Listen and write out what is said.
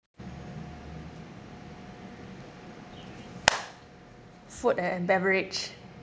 food a~ and beverage